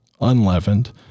unleavened